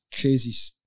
crazy